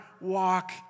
walk